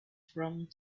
from